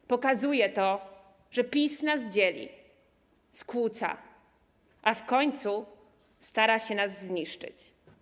To pokazuje, że PiS nas dzieli, skłóca, a w końcu stara się nas zniszczyć.